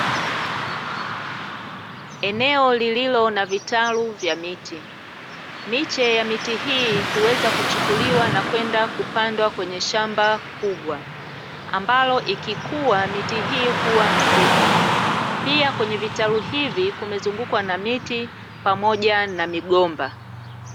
Eneo lililo na vitalu vya miti. Miche ya miti hii huweza kuchukuliwa na kwenda kupandwa kwenye shamba kubwa. Ambalo ikikua miti hii huwa msitu, pia kwenye vitalu hivi kumezungukwa na miti pamoja na migomba.